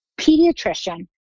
pediatrician